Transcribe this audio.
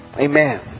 Amen